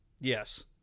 Yes